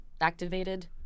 activated